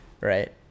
Right